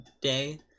day